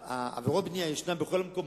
עבירות בנייה יש בכל המקומות,